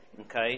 Okay